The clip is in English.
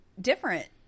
different